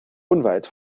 unweit